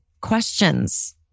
questions